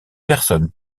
personnes